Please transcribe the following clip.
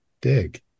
dig